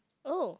oh